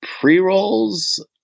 pre-rolls